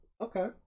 okay